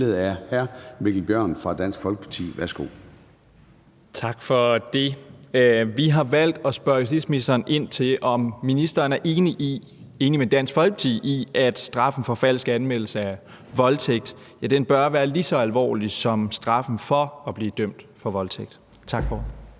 Tak for det. Vi har valgt at spørge justitsministeren, om ministeren er enig med Dansk Folkeparti i, at straffen for falsk anmeldelse af voldtægt bør være lige så alvorlig som straffen for at blive dømt for voldtægt? Kl.